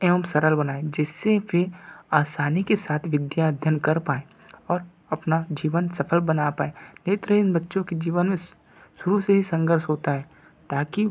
एवं सरल बनाएँ जिससे वे आसानी के साथ विद्या अध्ययन कर पाएं और अपना जीवन सफल बना पाएं नेत्रहीन बच्चों के जीवन में शुरू से ही संघर्ष होता है ताकि